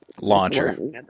launcher